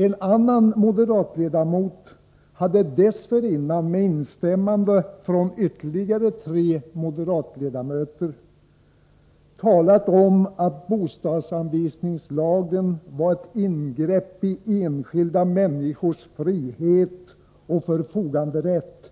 En annan moderatledamot hade dessförinnan, med instämmande från ytterligare tre moderatledamöter, talat om att bostadsanvisningslagen var ett ingrepp i enskilda människors frihet och förfoganderätt